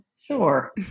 Sure